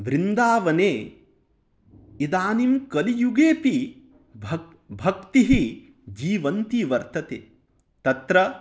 बृन्दावने इदानीं कलियुगेपि भह् भक्तिः जीवन्ती वर्तते तत्र